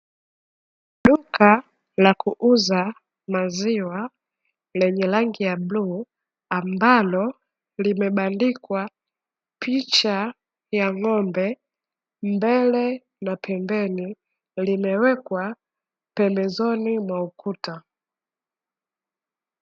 Duka la kuuza maziwa lenye rangi ya bluu ambalo limebandikwa picha ya ng'ombe, mbele na pembeni limewekwa pembezoni mwa ukuta.